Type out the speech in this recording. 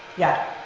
yeah?